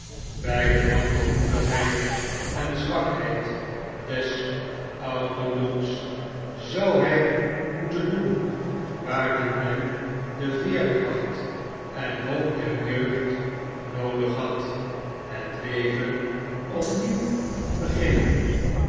bij de wankelmoedigheid en zwakheid des ouderdoms zou hij moeten doen waartoe men de veerkracht en boop der jeugd noodig had het leven ophieuw beginnen